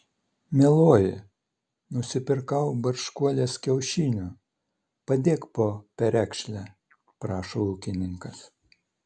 mieloji nusipirkau barškuolės kiaušinių padėk po perekšle prašo ūkininkas